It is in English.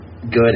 good